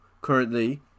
currently